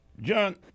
John